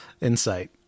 insight